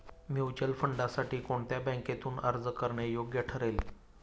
Mutual फंडांसाठी कोणत्या बँकेतून अर्ज करणे योग्य ठरेल?